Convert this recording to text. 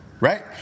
Right